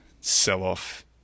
sell-off